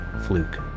Fluke